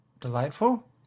delightful